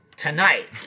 Tonight